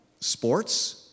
sports